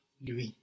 Lui